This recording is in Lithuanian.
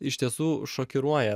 iš tiesų šokiruoja